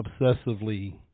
obsessively